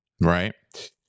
right